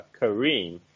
Kareem